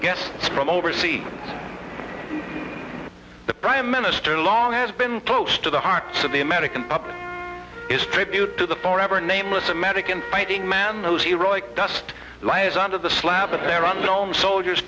guests from overseas the prime minister long has been close to the hearts of the american public is tribute to the forever nameless american fighting man those heroic just lie as under the slab of their own home soldier